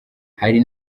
hari